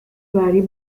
vary